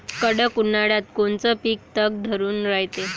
कडक उन्हाळ्यात कोनचं पिकं तग धरून रायते?